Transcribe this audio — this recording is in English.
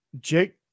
Jake